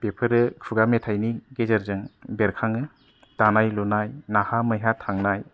बेफोरो खुगा मेथाइनि गेजेरजों बेरखाङो दानाय लुनाय नाहा मैहा थांनाय